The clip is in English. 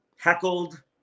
heckled